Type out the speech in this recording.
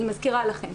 אני מזכירה לכם,